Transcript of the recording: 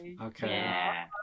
Okay